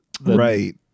Right